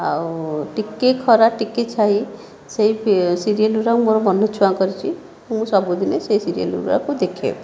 ଆଉ ଟିକେ ଖରା ଟିକେ ଛାଇ ସେହି ସିରିଏଲ୍ଗୁଡ଼ିକ ମୋର ମନ ଛୁଆଁ କରିଛି ମୁଁ ସବୁଦିନେ ସେହି ସିରିଏଲ୍ଗୁଡ଼ିକ ଦେଖେ